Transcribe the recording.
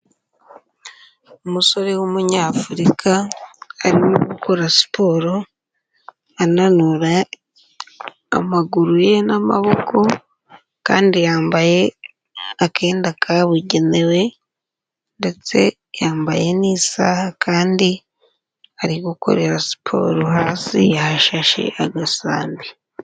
Umusore w'Umunyafurika, arimo gukora siporo, ananura amaguru ye n'amaboko kandi yambaye akenda kabugenewe ndetse yambaye n'isaha kandi ari gukorera siporo hasi yahashashe agasambi.